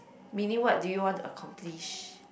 meaning what do you want to accomplish